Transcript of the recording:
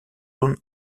zone